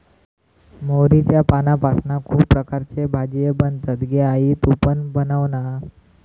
मोहरीच्या पानांपासना खुप प्रकारचे भाजीये बनतत गे आई तु पण बनवना